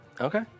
Okay